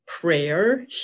prayer